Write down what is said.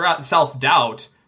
self-doubt